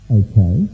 okay